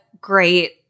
great